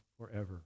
forever